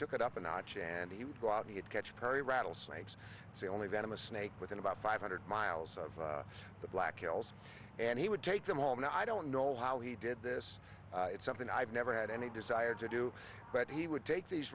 took it up a notch and he would go out he'd catch curry rattlesnakes see only venomous snake within about five hundred miles of the black hills and he would take them home and i don't know how he did this it's something i've never had any desire to do but he would take these